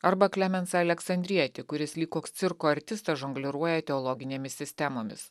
arba klemensą aleksandrietį kuris lyg koks cirko artistas žongliruoja teologinėmis sistemomis